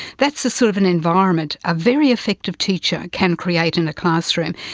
that's the sort of an environment a very effective teacher can create in a classroom.